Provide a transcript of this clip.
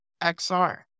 XR